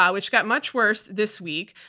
which got much worse this week.